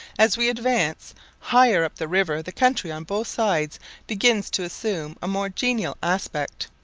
as we advance higher up the river the country on both sides begins to assume a more genial aspect.